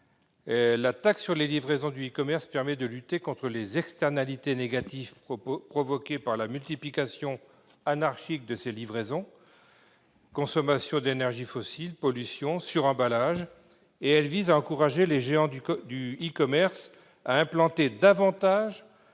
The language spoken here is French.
La taxe sur les livraisons du e-commerce permet de lutter contre les externalités négatives provoquées par la multiplication anarchique de ces livraisons : consommation d'énergie fossile, pollution, suremballage ... Elle vise à encourager les géants du e-commerce à implanter davantage